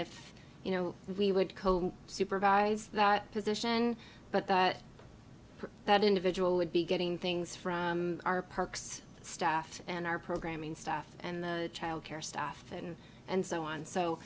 if you know we would cope supervise that position but that that individual would be getting things from our parks staff and our programming staff and the childcare staffing and so on so